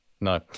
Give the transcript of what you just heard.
No